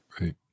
Right